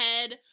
head